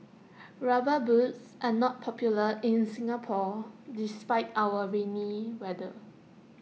rubber boots are not popular in Singapore despite our rainy weather